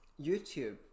YouTube